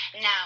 Now